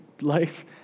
life